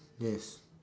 yes